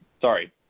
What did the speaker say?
Sorry